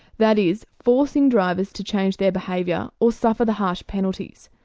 that is, forcing drivers to change their behaviour or suffer the harsh penalties.